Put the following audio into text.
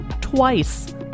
Twice